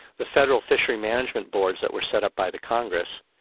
the federal fishery management boards that were set up by the congress,